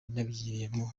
nabigiyemo